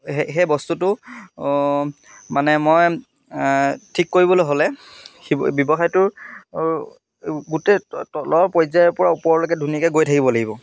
সেই সেই বস্তুটো মানে মই ঠিক কৰিবলৈ হ'লে শিৱ ব্যৱসায়টোৰ গোটেই তলৰ পৰ্যায়ৰ পৰা ওপৰলৈকে ধুনীয়াকৈ গৈ থাকিব লাগিব